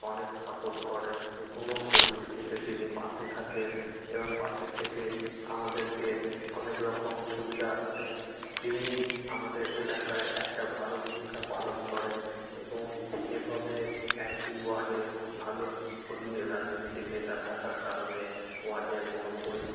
অনেক সাপোর্ট করেন যে কোনো পরিস্থিতিতে তিনি পাশে থাকেন এবং পাশে থেকে আমাদেরকে অনেক রকম সুবিধা দেন তিনি আমাদের এলাকায় একটা ভালো ভূমিকা পালন করেন এবং এভাবে একটি ওয়ার্ডে ভালো রাজনৈতিক নেতা থাকার কারণে ওয়ার্ডের কোনো